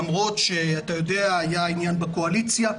למרות שאתה יודע שהיה עניין בקואליציה,